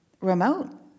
remote